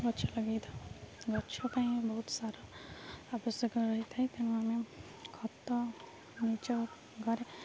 ଗଛ ଲଗାଇଥାଉ ଗଛ ପାଇଁ ବହୁତ ସାର ଆବଶ୍ୟକ ରହିଥାଏ ତେଣୁ ଆମେ ଖତ ନିଜ ଘରେ